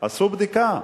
עשו בדיקה: